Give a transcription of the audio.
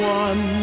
one